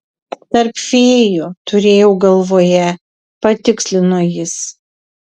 tarp fėjų turėjau galvoje patikslino jis